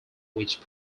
which